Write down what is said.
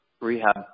rehab